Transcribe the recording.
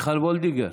מיכל וולדיגר,